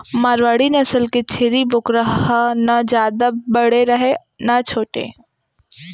मारवाड़ी नसल के छेरी बोकरा ह न जादा बड़े रहय न छोटे